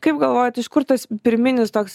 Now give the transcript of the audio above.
kaip galvojat iš kur tas pirminis toks